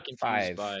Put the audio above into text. Five